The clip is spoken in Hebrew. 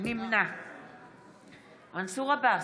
נמנע מנסור עבאס,